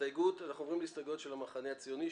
אנחנו עוברים להסתייגויות של המחנה הציוני,